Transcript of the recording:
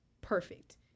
perfect